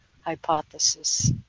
hypothesis